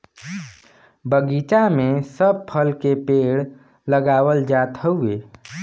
बगीचा में सब फल के पेड़ लगावल जात हउवे